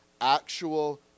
actual